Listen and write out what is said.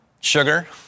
sugar